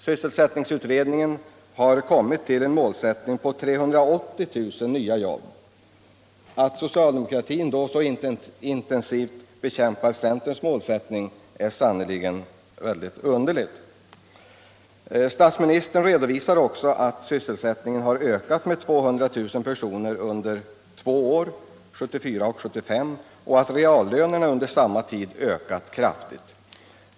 Sysselsättningsutredningen har kommit till en målsättning på 380 000 nya jobb. Att socialdemokratin då så intensivt bekämpar centerns målsättning är sannerligen underligt. Statsministern redovisar också att sysselsättningen har ökat med 200 000 personer under två år, 1974 och 1975, och att reallönerna under samma tid har stigit kraftigt.